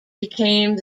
became